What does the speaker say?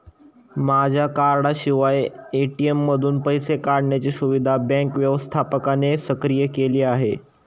माझ्या कार्डाशिवाय ए.टी.एम मधून पैसे काढण्याची सुविधा बँक व्यवस्थापकाने सक्रिय केली आहे